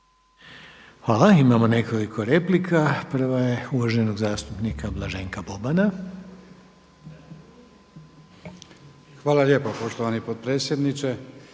Hvala. Imamo nekoliko replika. Prva je uvaženog zastupnika Blaženka Bobana. **Boban, Blaženko (HDZ)** Hvala lijepa poštovani potpredsjedniče.